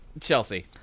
Chelsea